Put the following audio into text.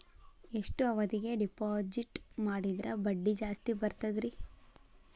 ಎಷ್ಟು ಅವಧಿಗೆ ಡಿಪಾಜಿಟ್ ಮಾಡಿದ್ರ ಬಡ್ಡಿ ಜಾಸ್ತಿ ಬರ್ತದ್ರಿ?